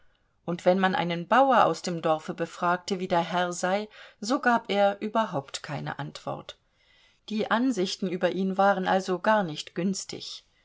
und wenn man einen bauer aus dem dorfe befragte wie der herr sei so gab er überhaupt keine antwort die ansichten über ihn waren also gar nicht günstig